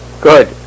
Good